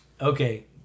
Okay